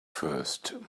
first